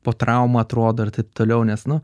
po traumų atrodo ir taip toliau nes nu